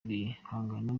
bihangano